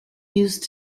used